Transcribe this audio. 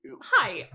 Hi